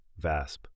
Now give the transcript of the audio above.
VASP